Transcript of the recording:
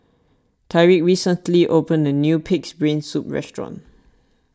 Tyriq recently opened a new Pig's Brain Soup restaurant